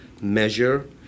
measure